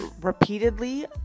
repeatedly